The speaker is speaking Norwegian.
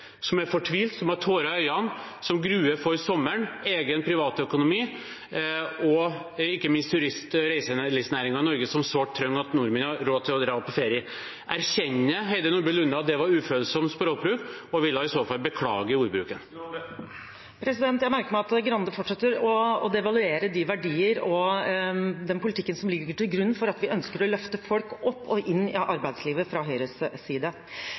som er fortvilte, som har tårer i øynene, og som gruer for sommeren og for egen privatøkonomi. Ikke minst trenger turist- og reiselivsnæringen i Norge sårt at nordmenn har råd til å dra på ferie. Erkjenner Heidi Nordby Lunde at det var ufølsom språkbruk, og vil hun i så fall beklage ordbruken? Jeg merker meg at Grande fortsetter å devaluere de verdiene og den politikken som ligger til grunn for at vi fra Høyres side ønsker å løfte folk opp og inn i arbeidslivet. Jeg husker da jeg fikk en utbetaling fra